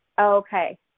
Okay